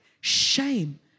shame